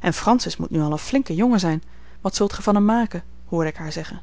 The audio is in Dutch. en francis moet nu al een flinke jongen zijn wat zult gij van hem maken hoorde ik haar zeggen